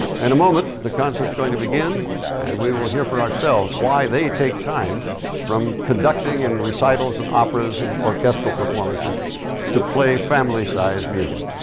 a moment, the concert's going to begin and we will hear for ourselves why they take time from conducting and recitals and operas and orchestral performances to play family-sized music.